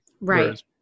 Right